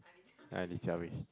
uh Li-Jia-Wei